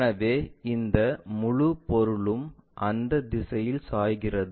எனவே இந்த முழு பொருளும் அந்த திசையில் சாய்கிறது